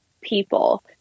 people